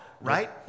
right